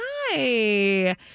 Hi